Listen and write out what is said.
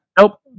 nope